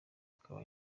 akaba